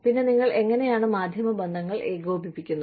പിന്നെ നിങ്ങൾ എങ്ങനെയാണ് മാധ്യമ ബന്ധങ്ങൾ ഏകോപിപ്പിക്കുന്നത്